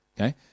Okay